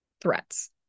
threats